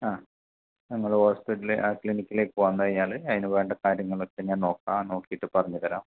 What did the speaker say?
ആ നമ്മൾ ഹോസ്പിറ്റല് ആ ക്ലിനിക്കിലേക്ക് വന്നു കഴിഞ്ഞാൽ അതിനുവേണ്ട കാര്യങ്ങളൊക്കെ ഞാൻ നോക്കാം നോക്കിയിട്ട് പറഞ്ഞ് തരാം